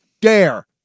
dare